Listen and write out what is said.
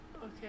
Okay